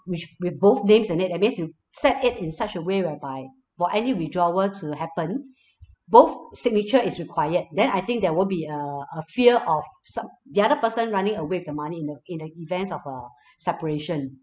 which with both names in it that means you set it in such a way whereby for any withdrawal to happen both signature is required then I think there won't be uh a fear of some the other person running away with the money in the in the events of a separation